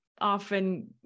often